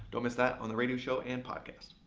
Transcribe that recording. don't miss that on the radio show and podcast.